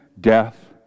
death